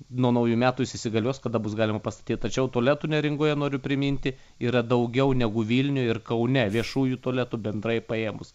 nuo naujų metų jis įsigalios kada bus galima pastatyt tačiau tualetų neringoje noriu priminti yra daugiau negu vilniuj ir kaune viešųjų tualetų bendrai paėmus